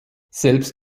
selbst